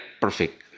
perfect